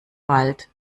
wald